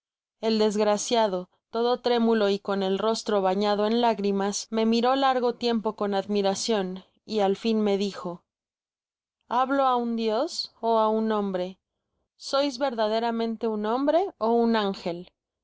el desgraciado todo trémulo y con el rostro bañado en lágrimas me miró largo tiempo con admiracion y al fin me dijo hablo á un dios ó á un hombre sois verdaderamente un hombre ó un ángel